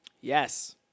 Yes